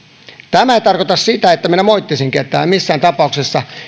tämä ei tarkoita sitä että minä moittisin ketään missään tapauksessa